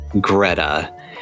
Greta